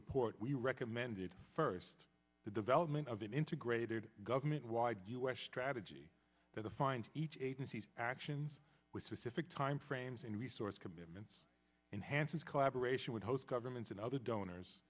report we recommended first the development of an integrated government wide u s strategy that the find each agency's actions with specific timeframes and resource commitments enhanced collaboration with host governments and other donors